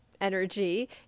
energy